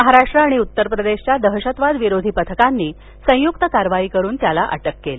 महाराष्ट्र आणि उत्तर प्रदेशच्या दहशतवाद विरोधी पथकांनी संयुक्त कारवाई करून त्याला अटक केली